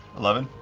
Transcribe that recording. eleven?